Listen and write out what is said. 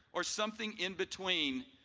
or something in between,